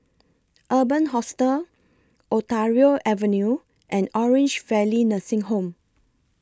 Urban Hostel Ontario Avenue and Orange Valley Nursing Home